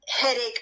headache